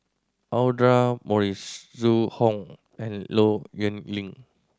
Audra Morrice Zhu Hong and Low Yen Ling